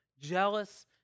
jealous